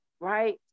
right